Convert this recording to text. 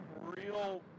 real